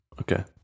Okay